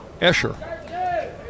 Escher